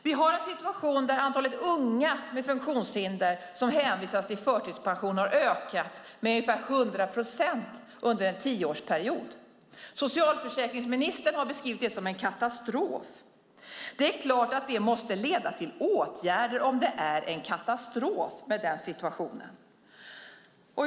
Vi har en situation där antalet unga med funktionshinder som hänvisas till förtidspension har ökat med ungefär 100 procent under en tioårsperiod. Socialförsäkringsministern har beskrivit detta som en katastrof. Det är klart att det måste leda till åtgärder om denna situation är en katastrof.